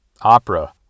opera